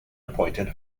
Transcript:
appointed